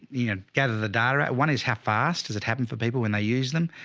you know, gather the data, right. one is how fast does it happen for people when they use them